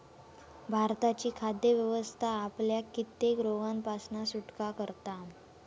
भारताची खाद्य व्यवस्था आपल्याक कित्येक रोगांपासना सुटका करता